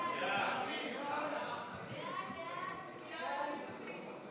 סעיפים 1 2 נתקבלו.